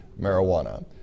marijuana